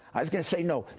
i was going to say, no,